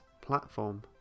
platform